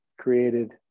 created